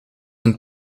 een